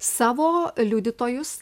savo liudytojus